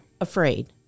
afraid